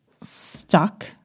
stuck